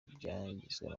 byagizwe